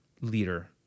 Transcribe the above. leader